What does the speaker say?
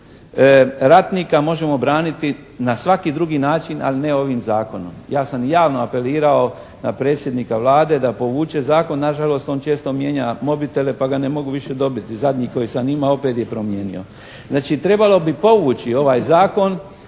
dignitet ratnika možemo braniti na svaki drugi način ali ne ovim zakonom. Ja sam javno apelirao na predsjednika Vlade da povuče zakon. Nažalost on često mijenja mobitele, pa ga ne mogu više dobiti. Zadnji koji sam imao opet je promijenio. Znači, trebalo bi povući ovaj zakon.